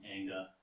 anger